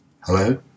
Hello